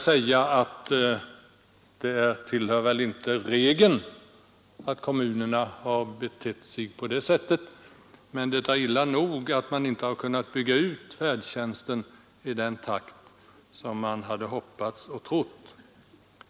Det tillhör inte regeln att kommunerna har betett sig på det sättet, men det är illa nog att de inte har kunnat bygga ut färdtjänsten i den takt som man hade hoppats och trott.